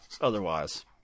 otherwise